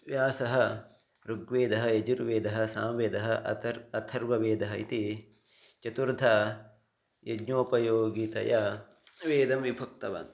व्यासः ऋग्वेदः यजुर्वेदः साम्वेदः अथर्व अथर्ववेदः इति चतुर्धा यज्ञोपयोगितया वेदं विभक्तवान्